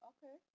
Okay